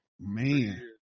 Man